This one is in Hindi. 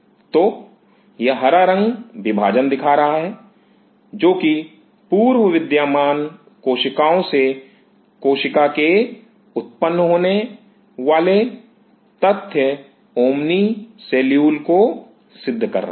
तो यह हरा रंग विभाजन दिखा रहा है जो कि पूर्व विद्यमान कोशिकाओं से कोशिका के उत्पन्न होने वाले तथ्य ओमनी सेल्यूल कहानी को सिद्ध कर रहा है